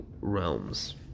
realms